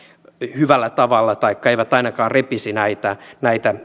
hyvällä tavalla taikka eivät ainakaan repisi näitä näitä